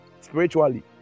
spiritually